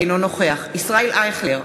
אינו נוכח ישראל אייכלר,